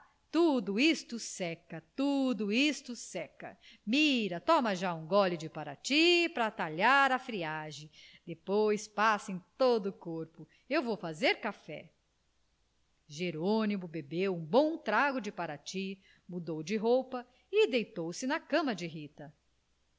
tudo isto seca tudo isto seca mira toma já um gole de parati pratalhar a friagem depois passa em todo o corpo eu vou fazer café jerônimo bebeu um bom trago de parati mudou de roupa e deitou-se na cama de rita